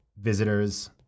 visitors